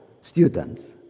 students